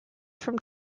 from